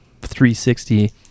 360